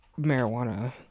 marijuana